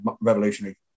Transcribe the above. revolutionary